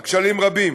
הכשלים רבים.